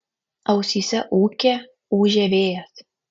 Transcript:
ausyse ūkė ūžė vėjas